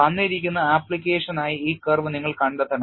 തന്നിരിക്കുന്ന ആപ്ലിക്കേഷനായി ഈ കർവ് നിങ്ങൾ കണ്ടെത്തണം